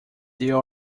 there